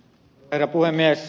herra puhemies